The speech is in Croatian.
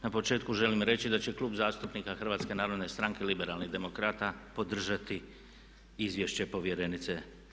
Na početku želim reći da će Klub zastupnika HNS-a Liberalnih demokrata podržati izvješće povjerenice.